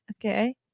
Okay